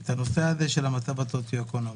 את נושא המצב הסוציו-אקונומי.